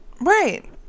right